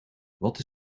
wat